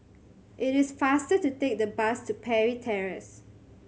it is faster to take the bus to Parry Terrace